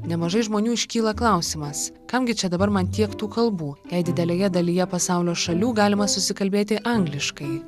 nemažai žmonių iškyla klausimas kam gi čia dabar man tiek tų kalbų jei didelėje dalyje pasaulio šalių galima susikalbėti angliškai